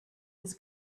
his